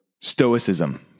stoicism